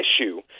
issue